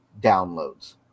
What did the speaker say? downloads